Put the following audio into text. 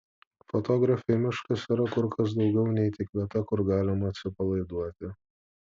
fotografei miškas yra kur kas daugiau nei tik vieta kur galima atsipalaiduoti